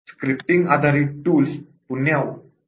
scripting based tools पुन्हा वापरण्यायोग्य असतात